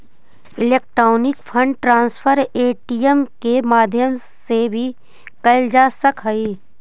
electronic fund transfer ATM के माध्यम से भी कैल जा सकऽ हइ